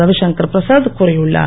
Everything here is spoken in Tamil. ரவிசங்கர் பிரசாத் கூறியுள்ளார்